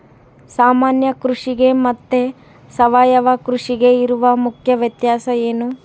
ಸಾಮಾನ್ಯ ಕೃಷಿಗೆ ಮತ್ತೆ ಸಾವಯವ ಕೃಷಿಗೆ ಇರುವ ಮುಖ್ಯ ವ್ಯತ್ಯಾಸ ಏನು?